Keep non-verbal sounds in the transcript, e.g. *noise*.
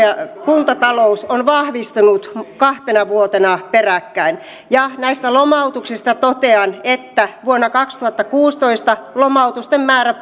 kuntatalous on vahvistunut kahtena vuotena peräkkäin ja näistä lomautuksista totean että vuonna kaksituhattakuusitoista lomautusten määrä *unintelligible*